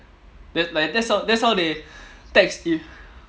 that like that's how that's how they tax if